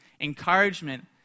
encouragement